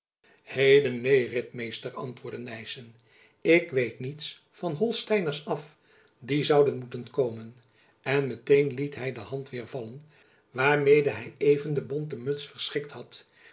heden neen ritmeester antwoordde nyssen ik weet niets van holsteiners af die zouden moeten komen en meteen liet hy de hand weêr vallen waarmede hy even de bonte muts verschikt had